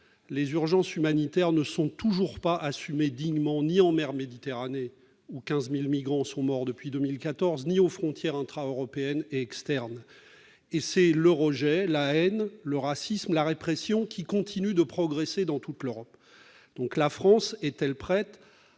Les urgences humanitaires ne sont toujours pas prises en charge dignement, ni en mer Méditerranée, où 15 000 migrants sont morts depuis 2014, ni aux frontières, qu'elles soient intra-européennes ou extra-européennes. Et c'est le rejet, la haine, le racisme, la répression qui continuent de progresser dans toute l'Europe. La France est-elle prête à